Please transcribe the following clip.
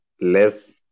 less